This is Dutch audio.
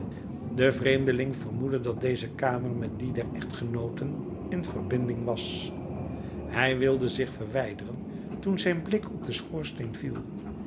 de vreemdeling vermoedde dat deze kamer met die der echtgenooten in verbinding was hij wilde zich verwijderen toen zijn blik op den schoorsteen viel